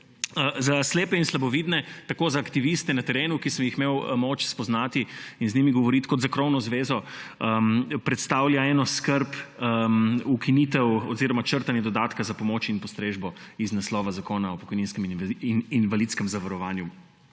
Za slepe in slabovidne, tako za aktiviste na terenu, ki sem jih imel moč spoznati in z njimi govoriti, kot za krovno zvezo predstavlja eno skrb ukinitev oziroma črtanje dodatka za pomoč in postrežbo z naslova Zakona o pokojninskem in invalidskem zavarovanju.